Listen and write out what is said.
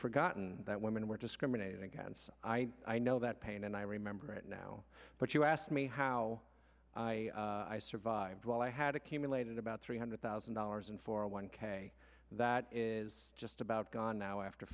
forgotten that women were discriminated against i i know that pain and i remember it now but you asked me how i survived while i had accumulated about three hundred thousand dollars and for a one k that is just about gone now after